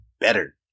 better